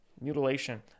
mutilation